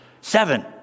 Seven